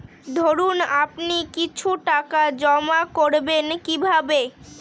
ধরুন আপনি কিছু টাকা জমা করবেন কিভাবে?